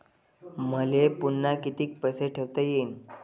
मले पुन्हा कितीक पैसे ठेवता येईन?